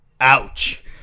Ouch